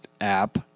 app